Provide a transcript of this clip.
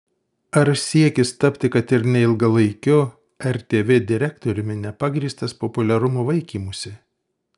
ar siekis tapti kad ir neilgalaikiu rtv direktoriumi nepagrįstas populiarumo vaikymusi